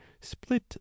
split